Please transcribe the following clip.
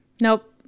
Nope